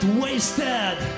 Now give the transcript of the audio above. wasted